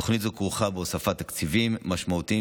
תוכנית זו כרוכה בהוספת תקציבים משמעותיים,